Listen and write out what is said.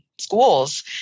schools